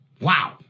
Wow